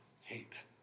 hate